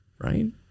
right